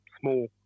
small